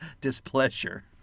displeasure